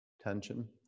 tension